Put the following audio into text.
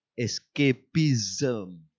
escapism